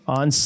on